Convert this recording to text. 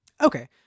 Okay